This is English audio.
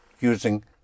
using